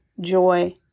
joy